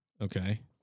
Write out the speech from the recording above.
Okay